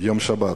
יום שבת,